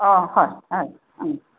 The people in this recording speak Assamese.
অঁ হয় হয় হয় অঁ